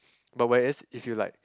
but whereas if you like